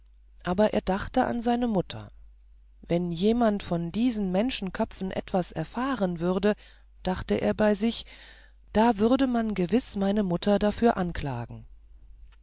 aber er dachte an seine mutter wenn jemand von diesen menschenköpfen etwas erfahren würde dachte er bei sich da würde man gewiß meine mutter dafür anklagen